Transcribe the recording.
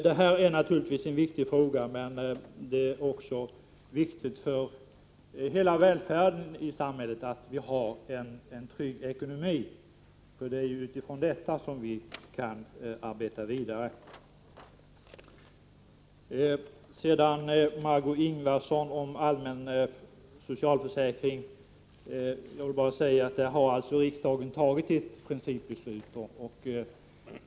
Frågan om anhörigvården är som sagt mycket viktig, men det är också viktigt för hela välfärden i samhället att vi har en trygg ekonomi, eftersom en sådan är förutsättningen för att vi skall kunna arbeta vidare. Beträffande Margö Ingvardssons krav på en utredning om en allmän socialförsäkring vill jag hänvisa till att riksdagen här har fattat ett principbeslut.